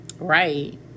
Right